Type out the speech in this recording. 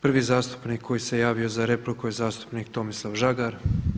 Prvi zastupnik koji se javio za repliku je zastupnik Tomislav Žagar.